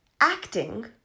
acting